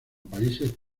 países